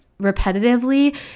repetitively